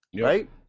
Right